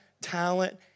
talent